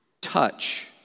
touch